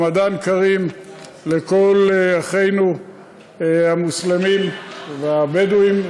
רמדאן כרים לכל אחינו המוסלמים והבדואים.